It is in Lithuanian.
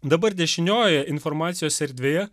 dabar dešiniojoje informacijos erdvėje